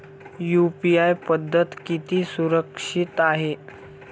UPI पद्धत किती सुरक्षित आहे?